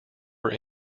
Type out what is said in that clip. were